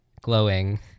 glowing